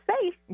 safe